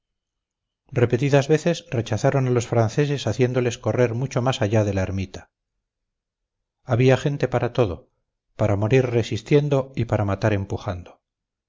repetidas veces rechazaron a los franceses haciéndoles correr mucho más allá de la ermita había gente para todo para morir resistiendo y para matar empujando